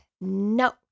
no